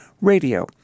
radio